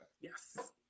Yes